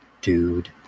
dude